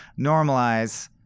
normalize